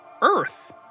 Earth